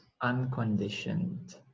unconditioned